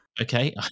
Okay